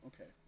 Okay